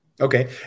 Okay